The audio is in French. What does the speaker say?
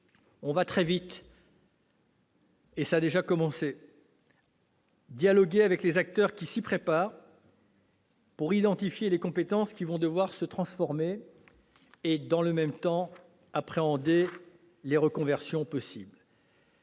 avons d'ores et déjà commencé à dialoguer avec les acteurs qui s'y préparent, pour identifier les compétences qui vont devoir se transformer et, dans le même temps, appréhender les reconversions possibles.